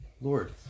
Lord